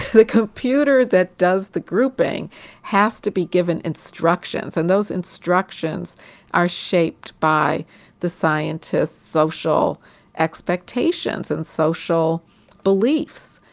the computer that does the grouping has to be given instructions, and those instructions are shaped by the scientists' social expectations and social beliefs.